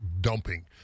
dumping